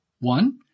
One